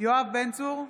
יואב בן צור,